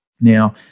Now